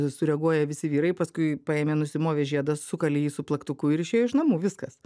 sureaguoja visi vyrai paskui paėmė nusimovė žiedą sukalė jį su plaktuku ir išėjo iš namų viskas